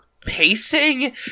pacing